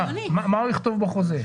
מה הוא יכתוב בחוזה?